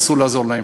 אסור לעזור להן.